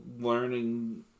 learning